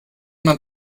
man